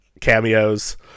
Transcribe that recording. cameos